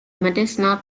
medicinal